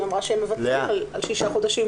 אמרה שהם מוותרים על שישה חודשים,